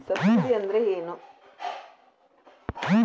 Subsidy ಅಂದ್ರೆ ಏನು?